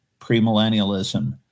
Premillennialism